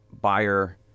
buyer